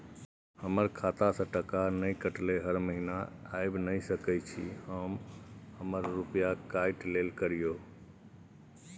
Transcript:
हमर खाता से टका नय कटलै हर महीना ऐब नय सकै छी हम हमर रुपिया काइट लेल करियौ?